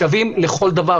שווים לכל דבר,